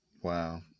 Wow